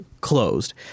closed